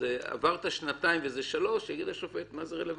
שזה עבר את השנתיים וזה שלוש יגיד השופט מה זה רלוונטי?